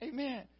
Amen